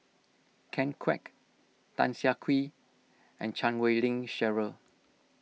Ken Kwek Tan Siah Kwee and Chan Wei Ling Cheryl